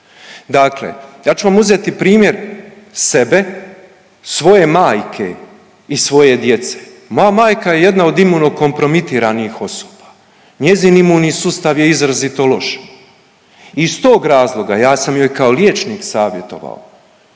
Dakle, ja ću vam uzeti primjer sebe, svoje majke i svoje djece. Moja majka je jedna od imuno kompromitiranih osoba, njezin imun sustav je izrazito loš iz tog razloga ja sam joj kao liječnik savjetovao,